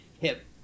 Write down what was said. hip